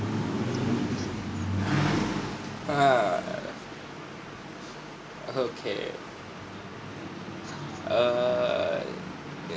err okay err